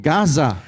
Gaza